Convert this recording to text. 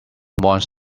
wants